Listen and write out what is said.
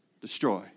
destroy